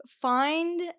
Find